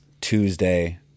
Tuesday